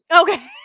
okay